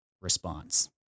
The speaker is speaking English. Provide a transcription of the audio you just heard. response